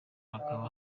hakaba